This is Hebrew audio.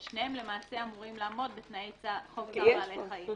ושניהם למעשה אמורים לעמוד בתנאי חוק צער בעלי חיים.